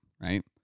right